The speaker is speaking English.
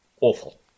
awful